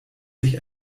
sich